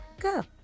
go